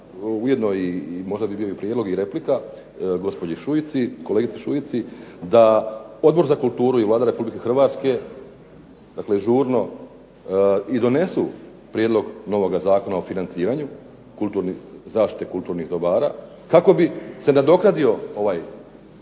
ujedno bi bio i prijedlog i replika gospođi Šuici da Odbor za kulturu i Vlada Republike Hrvatske žurno i donesu prijedlog novoga Zakona o financiranju zaštite kulturnih dobara, kako bi se nadoknadio ovaj